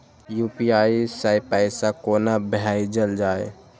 UPI सै पैसा कोना भैजल जाय?